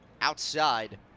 outside